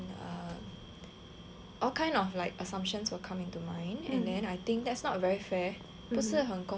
all kind of like assumptions will come into mind and then I think that's not very fair 不是很公平